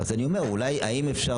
האם אפשר?